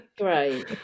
great